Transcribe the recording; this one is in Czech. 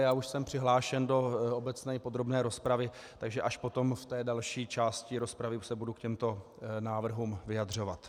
Já už jsem přihlášen do obecné i podrobné rozpravy, takže až potom v další části rozpravy se budu k těmto návrhům vyjadřovat.